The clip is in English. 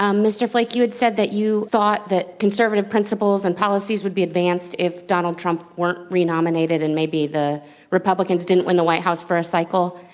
um mr. flake, you had said that you thought that conservative principles and policies would be advanced if donald trump weren't re-nominated, and maybe the republicans didn't win the white house for a cycle.